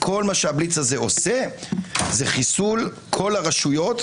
כל מה שהבליץ הזה עושה זה חיסול כל הרשויות,